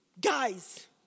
guys